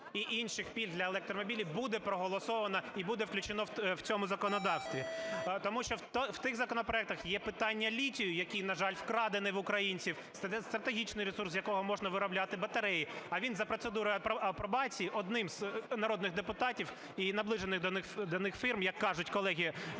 інших пільг для електромобілів буде проголосовано і буде включено в цьому законодавстві. Тому що в тих законопроектах є питання літію, який, на жаль, вкрадений в українців, стратегічний ресурс, з якого можна виробляти батареї, а він за процедурою апробації одним з народних депутатів і наближених до них фірм, як кажуть колеги,